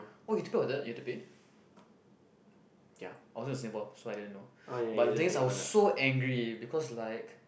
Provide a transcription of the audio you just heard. oh you have to pay for that you have to pay I wasn't in Singapore so I didn't know but the thing is I was so angry because like